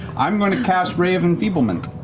i'm going to cast ray of enfeeblement.